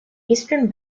eastern